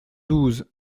douze